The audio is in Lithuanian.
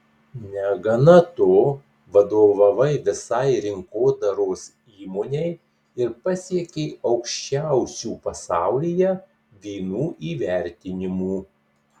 negana to vadovavai visai rinkodaros įmonei ir pasiekei aukščiausių pasaulyje vynų įvertinimų